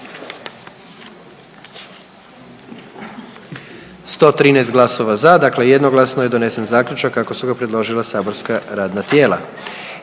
113 glasova za, dakle jednoglasno je donesen zaključak kako su ga predložila saborska radna tijela.